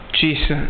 Jesus